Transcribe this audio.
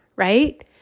right